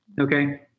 okay